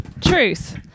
truth